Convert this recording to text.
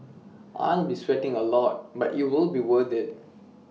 I'll be sweating A lot but it'll be worth IT